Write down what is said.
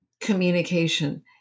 communication